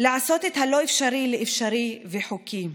לעשות את הלא-אפשרי לאפשרי ולחוקים,